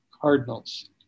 cardinals